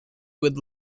would